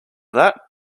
that